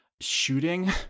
shooting